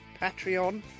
patreon